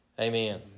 Amen